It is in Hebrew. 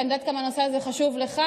ואני יודעת כמה הנושא הזה חשוב לך.